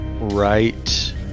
right